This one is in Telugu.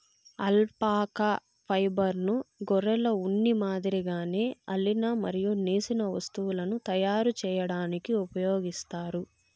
అల్పాకా ఫైబర్ను గొర్రెల ఉన్ని మాదిరిగానే అల్లిన మరియు నేసిన వస్తువులను తయారు చేయడానికి ఉపయోగిస్తారు